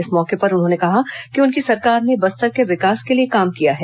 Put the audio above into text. इस मौके पर उन्होंने कहा कि उनकी सरकार ने बस्तर के विकास के लिए काम किया है